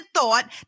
thought